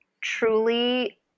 truly